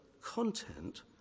content